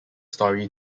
story